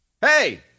Hey